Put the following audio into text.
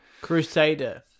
crusader